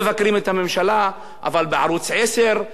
אבל בערוץ-10 הם צריכים להתכופף,